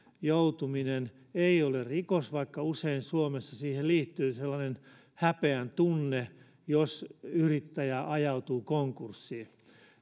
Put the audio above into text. joutuminen ei ole rikos vaikka usein suomessa siihen liittyy sellainen häpeän tunne jos yrittäjä ajautuu konkurssiin